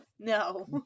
No